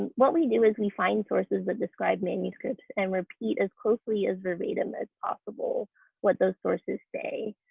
and what we do is we find sources that describe manuscripts and repeat as closely as verbatim as possible what those sources say.